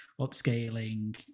upscaling